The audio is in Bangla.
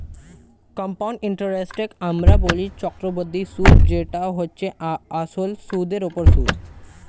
কম্পাউন্ড ইন্টারেস্টকে আমরা বলি চক্রবৃদ্ধি সুদ যেটা হচ্ছে আসলে সুদের উপর সুদ